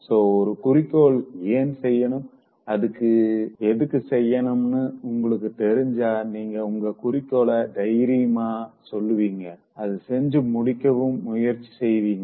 so ஒரு குறிக்கோள ஏன் செய்யணும் எதுக்கு செய்யணும்னு உங்களுக்கு தெரிஞ்சா நீங்க உங்க குறிக்கோள தைரியமா சொல்லுவீங்க அத செஞ்சு முடிக்கவும் முயற்சி செய்வீங்க